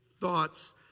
thoughts